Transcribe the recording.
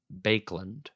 Bakeland